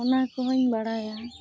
ᱚᱱᱟ ᱠᱚᱦᱚᱸᱧ ᱵᱟᱲᱟᱭᱟ